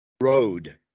road